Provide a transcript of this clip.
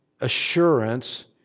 assurance